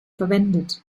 verwendet